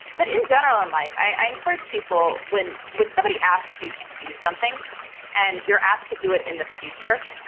but in general in life, i encourage people when when somebody asks you to do something and you're asked to do it in the future,